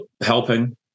helping